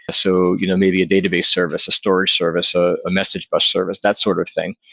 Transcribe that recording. so you know maybe a database service, a storage service, ah a message bus service, that sort of thing,